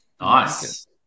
Nice